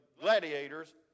gladiators